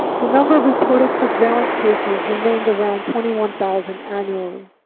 the number of reported surveillance cases remained around twenty one thousand annually.